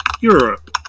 Europe